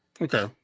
Okay